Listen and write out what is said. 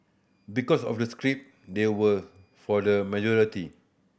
because of the script they were for the majority